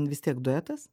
vis tiek duetas